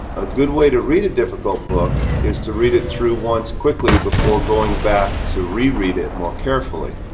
a good way to read a difficult book is to read it through once quickly before going back to reread it more carefully.